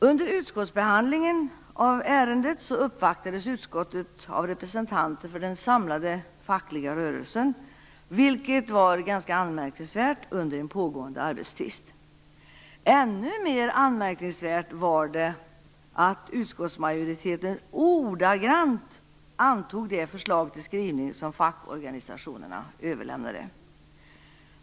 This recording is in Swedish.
Under utskottsbehandlingen av ärendet uppvaktades utskottet av representanter för den samlade fackliga rörelsen, vilket var ganska anmärkningsvärt under en pågående arbetstvist. Ännu mer anmärkningsvärt var det att utskottsmajoriteten ordagrant antog det förslag till skrivning som fackorganisationerna överlämnade.